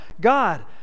God